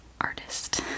artist